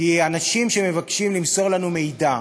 כי אנשים שמבקשים למסור לנו מידע,